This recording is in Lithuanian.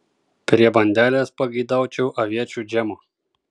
prie bandelės pageidaučiau aviečių džemo